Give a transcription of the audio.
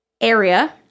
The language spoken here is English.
area